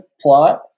plot